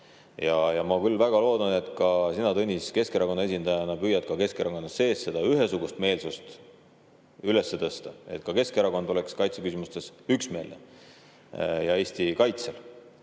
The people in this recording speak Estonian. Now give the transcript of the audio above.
Ma küll väga loodan, et ka sina, Tõnis, Keskerakonna esindajana püüad Keskerakonna sees seda ühesugust meelsust [tekitada], et ka Keskerakond oleks kaitseküsimustes üksmeelne ja Eesti kaitsel.